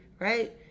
right